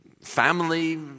family